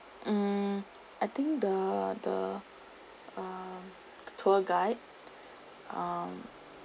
mm I think the the uh tour guide um